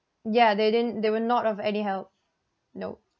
ya they didn't they were not of any help nope